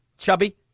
Chubby